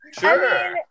Sure